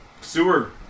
sewer